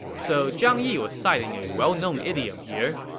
so zhang yi was citing a well-known idiom here.